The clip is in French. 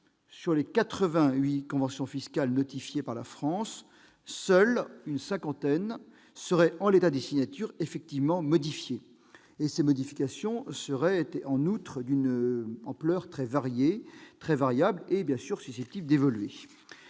sur les 88 conventions fiscales notifiées par la France, une cinquantaine seulement seraient, en l'état des signatures, effectivement modifiées. Ces modifications seraient, en outre, d'une ampleur très variable et susceptibles d'évoluer.